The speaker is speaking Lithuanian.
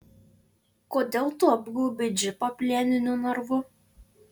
kodėl tu apgaubei džipą plieniniu narvu